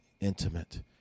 intimate